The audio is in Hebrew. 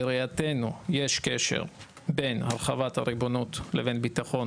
בראייתנו יש קשר בין קשר בין הרחבת הריבונות לבין ביטחון,